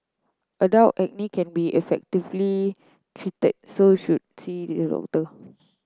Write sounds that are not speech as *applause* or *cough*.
adult acne can be effectively treated so should *unintelligible*